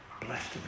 blessed